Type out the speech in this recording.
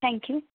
thank you